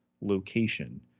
location